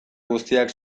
guztiak